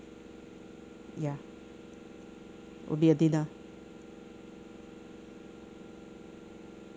ya would be a dinner